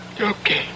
Okay